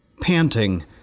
Panting